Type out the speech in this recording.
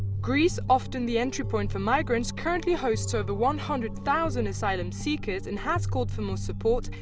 greece, often the entry-point for migrants, currently hosts over one hundred thousand asylum seekers and has called for more support,